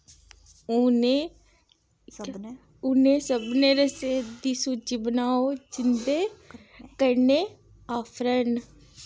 उ'ने सबने उ'नें सबने रसें दी सूची बनाओ जिं'दे कन्नै आफरां न